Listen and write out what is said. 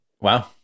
Wow